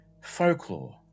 Folklore